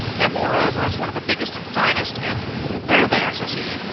and moreover, it's one of the biggest and finest and there, there! says he,